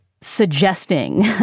suggesting